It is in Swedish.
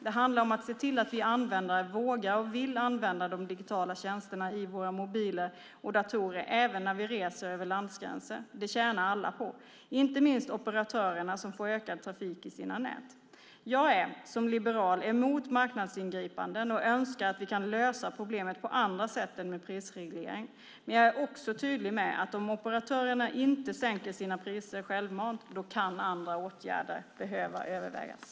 Det handlar om att se till att vi användare vågar och vill använda de digitala tjänsterna i våra mobiler och datorer även när vi reser över landgränser. Det tjänar alla på, inte minst operatörerna som får ökad trafik i sina nät. Jag är som liberal emot marknadsingripanden och önskar att vi kan lösa problemet på andra sätt än med prisreglering. Men jag är också tydlig med att om operatörerna inte sänker sina priser självmant, då kan andra åtgärder behöva övervägas.